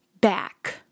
back